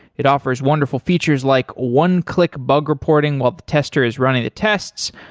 it offers wonderful features like one-click bug reporting while the tester is running the tests,